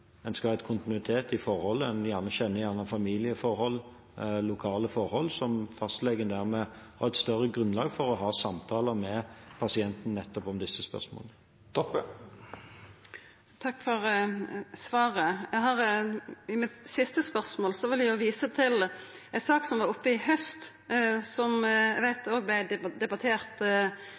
skal ha kontinuitet i forholdet. En kjenner gjerne familieforholdene og lokale forhold, og fastlegen har dermed et større grunnlag for å ha samtaler med pasienten om nettopp disse spørsmålene. Takk for svaret. I det siste spørsmålet vil eg visa til ei sak som var oppe i haust, som eg veit òg vart debattert